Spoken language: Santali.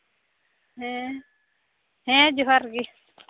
ᱦᱮᱸ ᱦᱮᱸ ᱡᱚᱦᱟᱨ ᱜᱮ